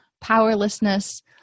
powerlessness